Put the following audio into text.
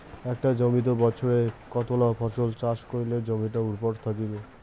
একটা জমিত বছরে কতলা ফসল চাষ করিলে জমিটা উর্বর থাকিবে?